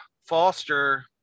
foster